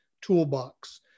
Toolbox